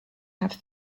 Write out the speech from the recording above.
have